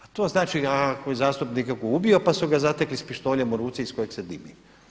A to znači ako je zastupnik ubio pa su ga zatekli s pištoljem u ruci iz kojeg se dimi.